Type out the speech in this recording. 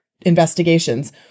investigations